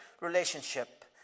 relationship